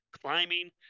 climbing